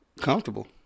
comfortable